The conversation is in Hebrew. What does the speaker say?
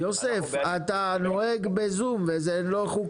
אנחנו כעת פועלים על מנת לקבל היתרים לחווה,